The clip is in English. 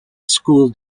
school